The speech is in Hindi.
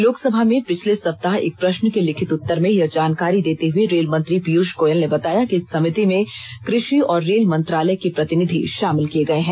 लोकसभा में पिछले सप्ताह एक प्रश्न् के लिखित उत्तर में यह जानकारी देते हुए रेल मंत्री पीयूष गोयल ने बताया कि इस समिति में कृषि और रेल मंत्रालय के प्रतिनिधि शामिल किए गए हैं